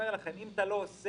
בואו נקבע